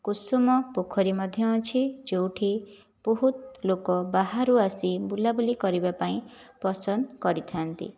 କୁସୁମ ପୋଖରୀ ମଧ୍ୟ ଅଛି ଯେଉଁଠି ବହୁତ ଲୋକ ବାହାରୁ ଆସି ବୁଲାବୁଲି କରିବା ପାଇଁ ପସନ୍ଦ କରିଥାନ୍ତି